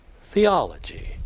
theology